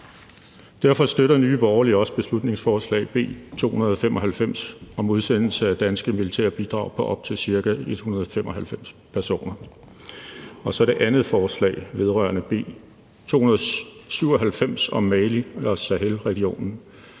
Derfor støtter Nye Borgerlige også beslutningsforslag B 295 om udsendelse af danske militære bidrag på op til ca. 195 personer. Så er der det andet spørgsmål, nemlig B 297 om Mali og Sahelregionen.